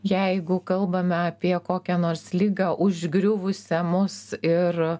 jeigu kalbame apie kokią nors ligą užgriuvusią mus ir